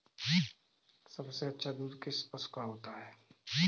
सबसे अच्छा दूध किस पशु का होता है?